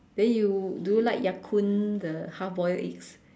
then you do you like Yakun the half boiled egg